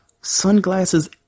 Sunglasses